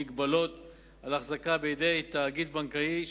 מגבלות על החזקה בידי תאגיד בנקאי,